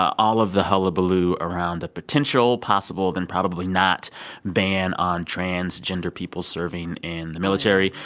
all of the hullabaloo around the potential, possible then probably-not ban on transgender people serving in the military.